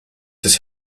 des